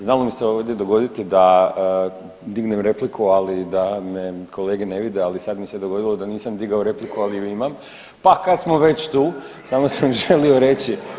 Znalo mi se ovdje dogoditi da dignem repliku, ali da me kolege ne vide, ali sad mi se dogodilo da nisam digao repliku, ali ju imam, pa kad smo već tu samo sam želio reći…